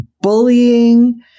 bullying